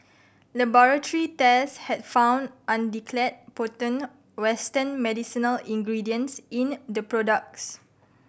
laboratory tests had found undeclared potent western medicinal ingredients in the products